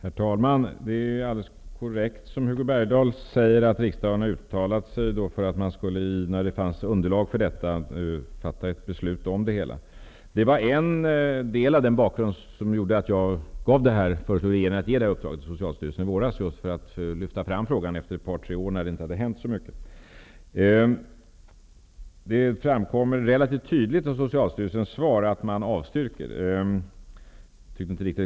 Herr talman! Det är alldeles korrekt som Hugo Bergdahl säger att riksdagen har uttalat att ett beslut skall fattas när det finns underlag härför. En del av bakgrunden till att jag i våras föreslog regeringen att ett uppdrag skulle ges till Socialstyrelsen var att frågan behövde lyftas fram eftersom det inte hade hänt så mycket på några år. Det framkommer relativt tydligt i Socialstyrelsens svar att man avstyrker legitimering.